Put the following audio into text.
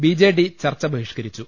B J D ചർച്ച ബഹിഷ്കരിച്ചു